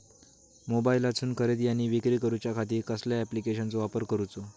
मोबाईलातसून खरेदी आणि विक्री करूच्या खाती कसल्या ॲप्लिकेशनाचो वापर करूचो?